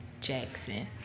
Jackson